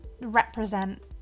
represent